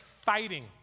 fighting